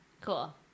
Cool